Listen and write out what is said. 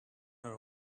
her